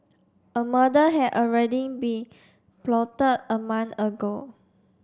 a murder had already been plotted a month ago